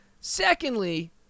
secondly